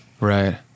Right